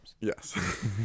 Yes